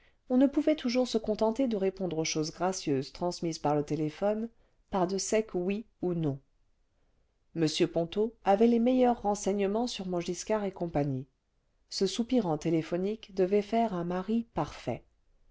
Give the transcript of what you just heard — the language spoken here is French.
on ne pouvait toujours se contenter de répondre aux choses gracieuses transmises par le téléphone par de secs oui ou non m ponto avait les meilleurs renseignements sur montgiscard et cie ce soupirant téléphonique devait faire un mari parfait